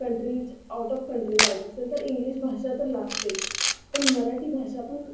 country out of country जायचं असेल तर इंग्लिश भाषा तर लागतेच पण मराठी भाषा पण